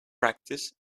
practice